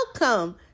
welcome